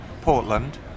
Portland